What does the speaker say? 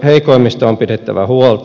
heikoimmista on pidettävä huolta